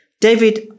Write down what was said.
David